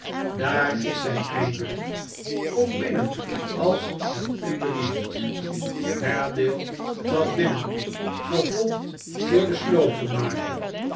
daar is zij eindelijk kom binnen als het u belieft haredale trad binnen gevolgd door den